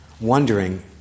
wondering